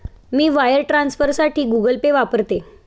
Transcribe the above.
मी wire ट्रान्सफरसाठी Google Pay वापरते